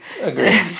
Agreed